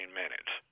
minutes